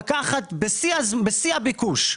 בשיא הביקוש,